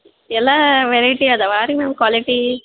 ಎಲ್ಲ ವೆರೈಟಿ ಅದಾವಾ ರೀ ಮ್ಯಾಮ್ ಕ್ವಾಲಿಟೀ